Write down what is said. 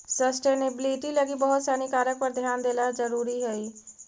sustainability लगी बहुत सानी कारक पर ध्यान देला जरुरी हई